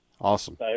awesome